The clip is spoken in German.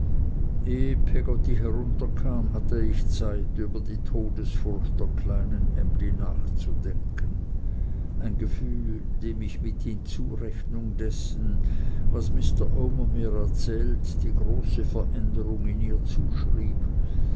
peggotty herunterkam hatte ich zeit über die todesfurcht der kleinen emly nachzudenken ein gefühl dem ich mit hinzurechnung dessen was mr omer mir erzählt die große veränderung in ihr zuschrieb